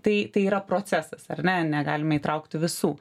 tai tai yra procesas ar ne negalime įtraukti visų